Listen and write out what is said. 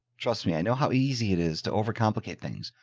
trust me. i know how easy it is to overcomplicate things.